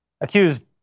Accused